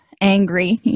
angry